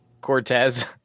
Cortez